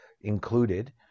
included